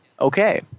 Okay